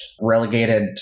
relegated